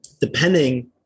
Depending